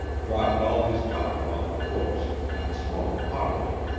dropped all his talk about the books and smoked haughtily.